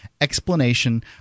explanation